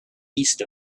east